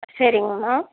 சரிங்கம்மா